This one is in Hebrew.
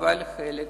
אבל חלק.